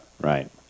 Right